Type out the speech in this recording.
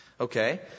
Okay